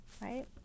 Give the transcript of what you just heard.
right